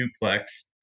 duplex